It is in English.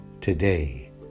today